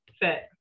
fit